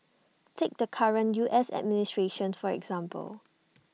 take the current U S administration for example